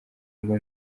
ngo